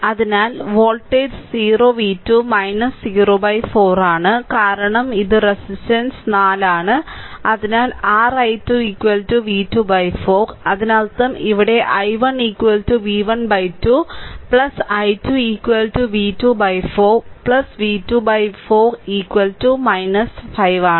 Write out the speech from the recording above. അതിനാൽ voltage 0 v2 04 ആണ് കാരണം ഈ റെസിസ്റ്റൻസ് 4 ആണ് അതിനാൽ r i2 v2 4 അതിനർത്ഥം ഇവിടെ i1 v1 2 i2 v2 4 v2 4 5